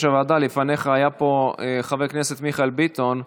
לפניך היה פה חבר הכנסת מיכאל ביטון,